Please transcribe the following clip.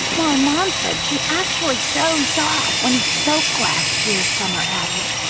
my mom said she actually dozed off when he spoke last year, summer added.